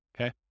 okay